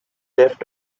left